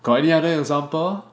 got any other example